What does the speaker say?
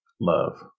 love